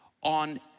on